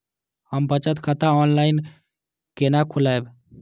हम बचत खाता ऑनलाइन केना खोलैब?